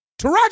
Taraji